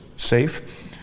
safe